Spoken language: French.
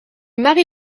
marie